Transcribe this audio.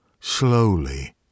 slowly